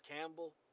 Campbell